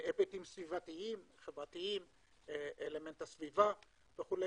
סביבתיים, חברתיים, אלמנט הסביבה וכו'.